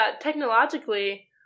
technologically